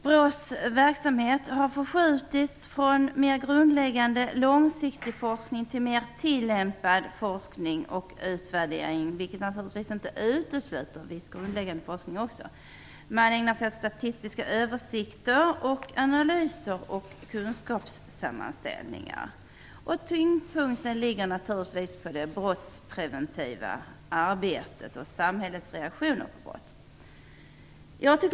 BRÅ:s verksamhet har förskjutits från mer grundläggande långsiktig forskning till mer tillämpad forskning och utvärdering, vilket naturligtvis inte utesluter också en viss grundläggande forskning. Man ägnar sig åt statistiska översikter, analyser och kunskapssammanställningar. Tyngdpunkten ligger på det brottspreventiva arbetet och samhällets reaktioner på brott.